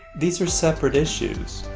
these are separate issues.